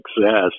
success